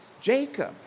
Jacob